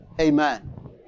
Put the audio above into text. Amen